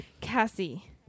cassie